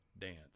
dance